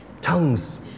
Tongues